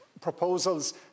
proposals